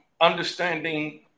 Understanding